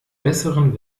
besseren